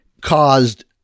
caused